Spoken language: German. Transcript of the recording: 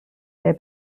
der